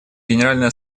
генеральная